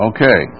Okay